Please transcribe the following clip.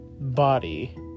body